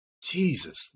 jesus